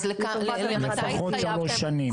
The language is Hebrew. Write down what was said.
לפחות שלוש שנים.